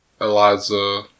Eliza